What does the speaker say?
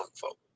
folk